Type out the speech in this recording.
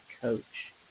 coach